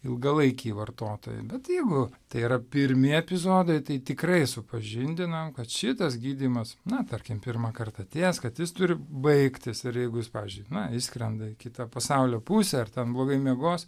ilgalaikiai vartotojai bet jeigu tai yra pirmi epizodai tai tikrai supažindinam kad šitas gydymas na tarkim pirmąkart atėjęs kad jis turi baigtis ir jeigu jis pavyzdžiui na išskrenda į kitą pasaulio pusę ir ten blogai miegos